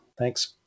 Thanks